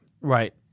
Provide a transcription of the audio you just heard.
Right